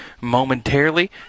momentarily